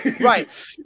Right